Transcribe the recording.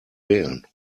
wählen